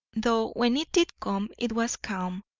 though when it did come it was calm,